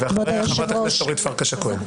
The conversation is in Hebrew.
אחריה חברת הכנסת אורית פרקש הכהן.